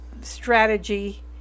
strategy